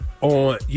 on